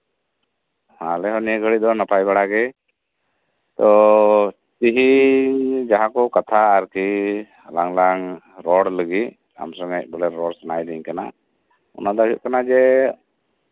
ᱟᱞᱮ ᱦᱚᱸ ᱱᱤᱭᱟᱹ ᱜᱷᱟᱹᱲᱤᱡ ᱫᱚ ᱱᱟᱯᱟᱭ ᱵᱟᱲᱟᱜᱮ ᱛᱚ ᱛᱤᱦᱤᱧ ᱡᱟᱦᱟᱸ ᱠᱚ ᱠᱟᱛᱷᱟ ᱟᱨᱠᱤ ᱟᱞᱟᱝ ᱞᱟᱝ ᱨᱚᱲ ᱞᱟᱹᱜᱤᱫ ᱟᱢ ᱥᱟᱞᱟᱜ ᱵᱚᱞᱮ ᱨᱚᱲ ᱥᱟᱱᱟᱭᱮᱧ ᱠᱟᱱᱟ ᱚᱱᱟ ᱫᱚ ᱦᱩᱭᱩᱜ ᱠᱟᱱᱟ ᱡᱮ